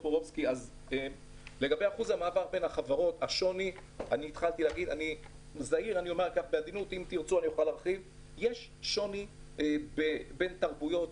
פערי אחוז המעבר בין החברות: אני אומר בעדינות שיש שוני בין תרבויות,